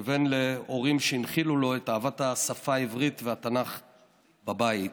כבן להורים שהנחילו לו את אהבת השפה העברית והתנ"ך בבית.